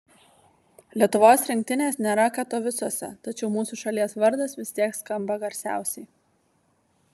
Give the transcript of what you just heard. lietuvos rinktinės nėra katovicuose tačiau mūsų šalies vardas vis tiek skamba garsiausiai